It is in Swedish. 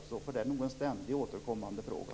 Det är nog en ständigt återkommande fråga.